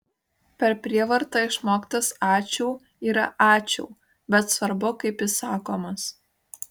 per prievartą išmoktas ačiū yra ačiū bet svarbu kaip jis sakomas